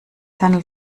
handelt